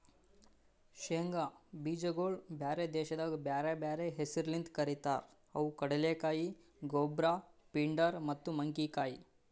ಶೇಂಗಾ ಬೀಜಗೊಳ್ ಬ್ಯಾರೆ ದೇಶದಾಗ್ ಬ್ಯಾರೆ ಬ್ಯಾರೆ ಹೆಸರ್ಲಿಂತ್ ಕರಿತಾರ್ ಅವು ಕಡಲೆಕಾಯಿ, ಗೊಬ್ರ, ಪಿಂಡಾರ್ ಮತ್ತ ಮಂಕಿಕಾಯಿ